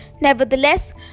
Nevertheless